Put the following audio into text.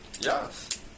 Yes